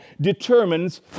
determines